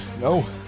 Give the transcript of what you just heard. No